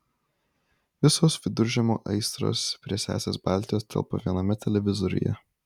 visos viduržemio aistros prie sesės baltijos telpa viename televizoriuje